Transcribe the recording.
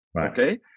okay